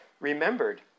remembered